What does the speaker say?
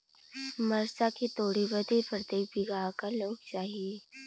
मरचा के तोड़ बदे प्रत्येक बिगहा क लोग चाहिए?